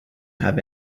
have